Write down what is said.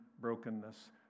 brokenness